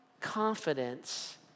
confidence